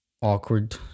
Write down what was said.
awkward